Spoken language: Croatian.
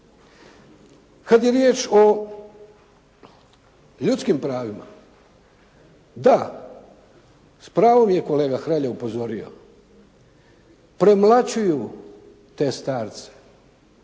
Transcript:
Kada je riječ o ljudskim pravima. Da, s pravom je kolega Hrelja upozorio. Premlaćuju te starce,